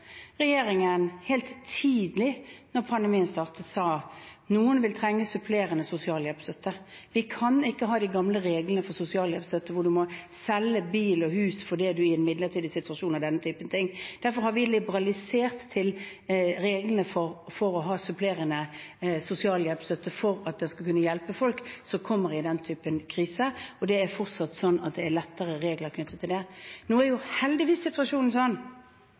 regjeringen helt tidlig da pandemien startet, sa at noen vil trenge supplerende sosialhjelpstøtte. Vi kan ikke ha de gamle reglene for sosialhjelpstøtte der du må selge bil og hus fordi du er i en midlertidig situasjon som her. Derfor har vi liberalisert reglene for å få supplerende sosialhjelpstøtte, slik at den skal kunne hjelpe folk som kommer i den typen krise, og det er fortsatt sånn at det er lettere regler knyttet til det. Nå er heldigvis situasjonen sånn